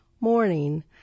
morning